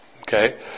Okay